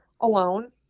alone